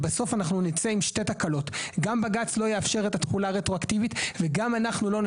ובסוף אנחנו נצא עם שתי תקלות: גם בג"ץ לא יאפשר את התחולה